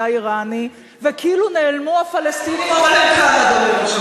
אם אין תקווה, .